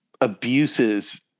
abuses